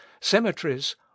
cemeteries